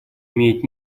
имеет